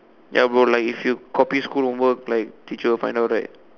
ya bro like if you copy school homework like teacher will find out right